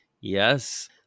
yes